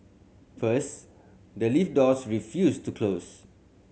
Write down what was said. first the lift doors refused to close